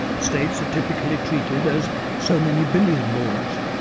states are typically treated as so many billiard balls,